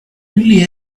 really